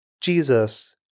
Jesus